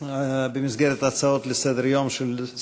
הצעות לסדר-היום מס' 1608,